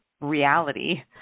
reality